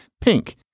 pink